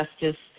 justice